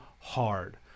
hard